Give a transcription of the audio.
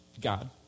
God